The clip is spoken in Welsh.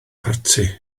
parti